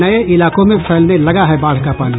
नये इलाकों में फैलने लगा है बाढ़ का पानी